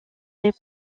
les